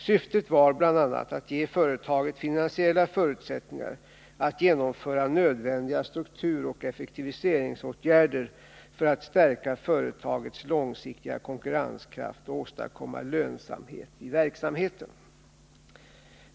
Syftet var bl.a. att ge företaget finansiella förutsättningar att genomföra nödvändiga strukturoch effektiviseringsåtgärder för att stärka företagets långsiktiga konkurrenskraft och åstadkomma lönsamhet i verksamheten.